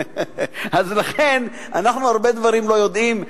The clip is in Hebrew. לכן אנחנו הרבה דברים לא יודעים,